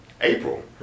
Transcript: April